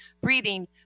breathing